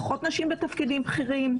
פחות נשים בתפקידים בכירים.